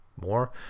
more